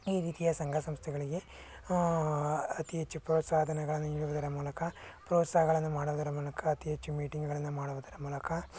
ಈ ರೀತಿಯ ಸಂಘ ಸಂಸ್ಥೆಗಳಿಗೆ ಅತಿ ಹೆಚ್ಚು ಪ್ರೋತ್ಸಾಹ ಧನಗಳನ್ನು ನೀಡುವುದರ ಮೂಲಕ ಪ್ರೋತ್ಸಾಹಗಳನ್ನು ಮಾಡೋದರ ಮೂಲಕ ಅತಿ ಹೆಚ್ಚು ಮೀಟಿಂಗ್ಗಳನ್ನು ಮಾಡೋದರ ಮೂಲಕ